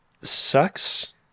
sucks